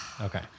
Okay